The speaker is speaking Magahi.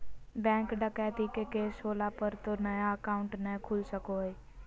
बैंक डकैती के केस होला पर तो नया अकाउंट नय खुला सको हइ